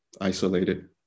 isolated